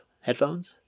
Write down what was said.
headphones